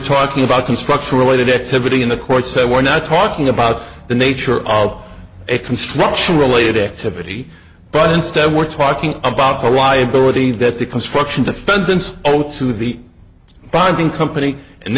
talking about construction related activity in the courts said we're not talking about the nature of a construction related activity but instead we're talking about the liability that the construction defendants owed to the bonding company and